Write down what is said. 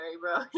bro